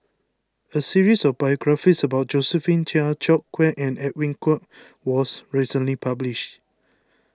a series of biographies about Josephine Chia George Quek and Edwin Koek was recently published